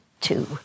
two